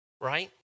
right